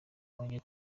iwanjye